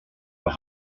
leur